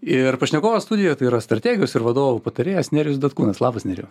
ir pašnekovas studijoje tai yra strategijos ir vadovų patarėjas nerijus datkūnas labas nerijau